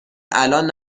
الان